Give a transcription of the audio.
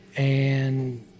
and